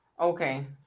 okay